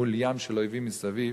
מול ים של אויבים מסביב,